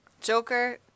Joker